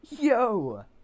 Yo